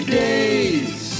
days